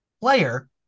player